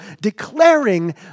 declaring